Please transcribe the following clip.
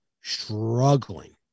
struggling